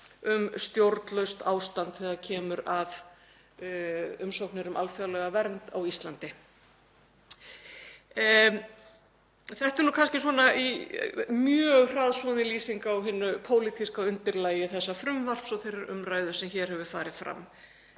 um stjórnlaust ástand þegar kemur að umsóknum um alþjóðlega vernd á Íslandi. Þetta er kannski mjög hraðsoðin lýsing á hinu pólitíska undirlagi þessa frumvarps og þeirrar umræðu sem hér hefur farið fram.